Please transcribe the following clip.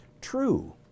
true